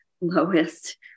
lowest